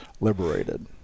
liberated